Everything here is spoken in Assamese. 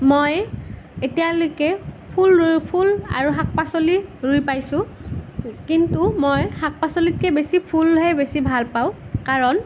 মই এতিয়ালৈকে ফুল ৰুই ফুল আৰু শাক পাচলি ৰুই পাইছোঁ কিন্তু মই শাক পাচলিতকৈ বেছি ফুলহে বেছি ভাল পাওঁ কাৰণ